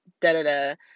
da-da-da